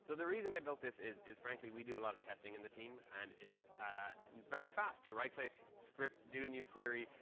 so the reason i built this is is frankly we do a lot of testing in the team. and it's very fast. right click script, do new query,